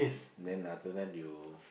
then after that you